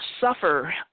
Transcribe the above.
suffer